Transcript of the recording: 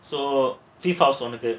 so fifth house உன்னது:unnathu